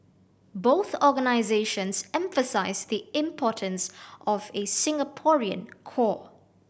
both organisations emphasise the importance of a Singaporean core